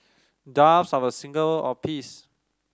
doves are a symbol of peace